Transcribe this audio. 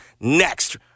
next